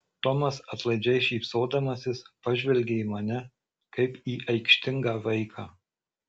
tomas atlaidžiai šypsodamasis pažvelgė į mane kaip į aikštingą vaiką